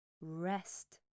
rest